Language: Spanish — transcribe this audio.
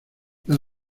las